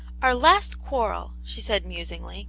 our last quarrel she said, musingly